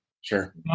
Sure